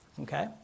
Okay